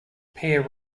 pair